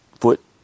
foot